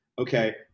Okay